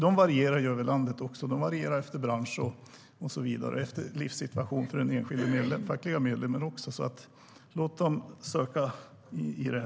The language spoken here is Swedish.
De varierar över landet, och de varierar beroende på bransch och livssituation för den enskilda fackliga medlemmen. Låt parterna försöka först.